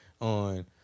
on